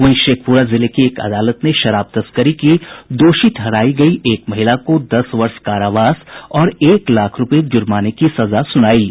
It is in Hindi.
वहीं शेखप्रा जिले की एक अदालत ने शराब तस्करी की दोषी ठहरायी गयी एक महिला को दस वर्ष कारावास और एक लाख रूपये जुर्माने की सजा सुनायी है